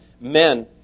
men